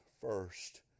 first